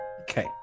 Okay